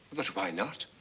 but why not?